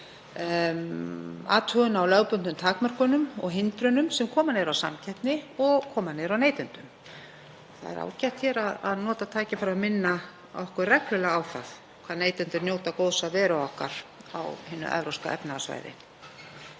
athugun á lögbundnum takmörkunum og hindrunum sem koma niður á samkeppni og koma niður á neytendum. Það er ágætt að nota tækifærið og minna okkur reglulega á að neytendur njóta góðs af veru okkar á hinu Evrópska efnahagssvæði.